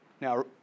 Now